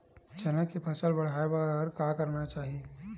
चना के फसल बढ़ाय बर का करना चाही?